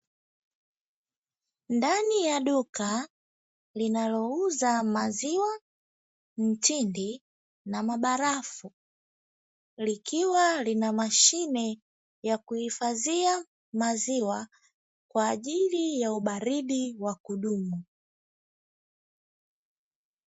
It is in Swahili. Ndani ya duka linalouza maziwa mtindi na mabarafu, likiwa linamashine ya kuhifadhia maziwa kwaajili ya ubaridi wa kudumu.